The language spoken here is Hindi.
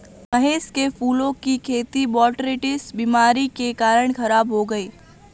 महेश के फूलों की खेती बोटरीटिस बीमारी के कारण खराब हो गई